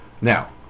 Now